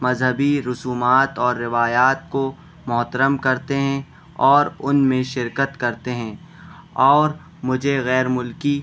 مذہبی رسومات اور روایات کو محترم کرتے ہیں اور ان میں شرکت کرتے ہیں اور مجھے غیر ملکی